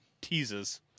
teases